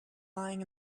lying